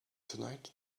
tonight